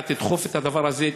אתה תדחוף את הדבר הזה,